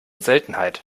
seltenheit